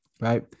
right